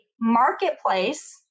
marketplace